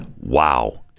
Wow